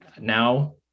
Now